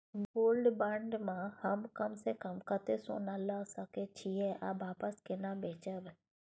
Gold bond म हम कम स कम कत्ते सोना ल सके छिए आ वापस केना बेचब?